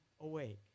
awake